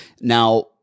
Now